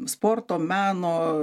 sporto meno